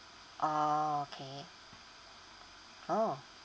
okay oh